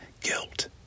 guilt